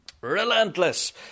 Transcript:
Relentless